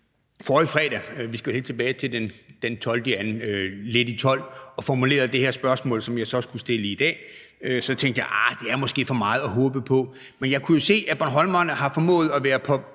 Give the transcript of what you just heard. forrige fredag – vi skal jo helt tilbage til den 12. februar klokken lidt i 12 – og formulerede det her spørgsmål, som jeg så skulle stille i dag, tænkte jeg: Arh, det er måske for meget at håbe på. Men jeg kunne jo se, at bornholmerne har formået at være